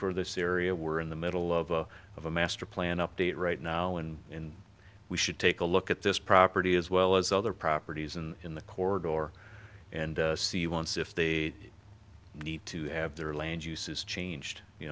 for this area we're in the middle of of a master plan update right now and when we should take a look at this property as well as other properties and in the corridor or and see once if they need to have their land use is changed you